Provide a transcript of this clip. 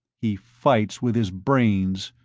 he fights with his brains,